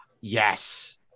Yes